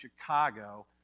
Chicago